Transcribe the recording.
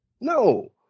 No